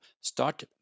start